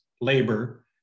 labor